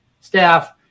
staff